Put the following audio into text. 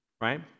right